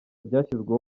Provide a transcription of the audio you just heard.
ryashyizweho